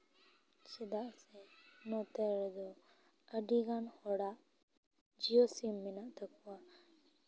ᱪᱮᱫᱟᱜ ᱥᱮ ᱱᱚᱛᱮ ᱨᱮᱫᱚ ᱟᱹᱰᱤ ᱜᱟᱱ ᱦᱚᱲᱟᱜ ᱡᱤᱭᱳ ᱥᱤᱢ ᱢᱮᱱᱟᱜ ᱛᱟᱠᱚᱣᱟ